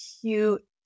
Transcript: cute